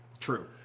True